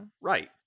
Right